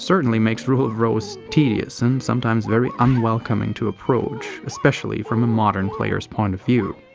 certainly makes rule of rose tedious and sometimes very unwelcoming to approach, especially from a modern player's point of view.